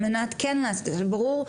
ברור,